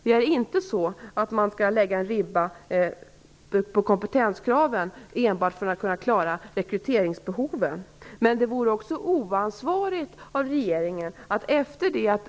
Det är inte så att man skall lägga en ribba för kompetenskraven på en viss nivå enbart för att kunna klara rekryteringsbehoven. Men det vore också oansvarigt av regeringen att inte lyssna på synpunkter.